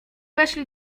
weszli